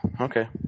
Okay